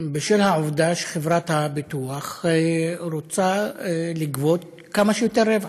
בשל העובדה שחברת הביטוח רוצה לגבות כמה שיותר רווח.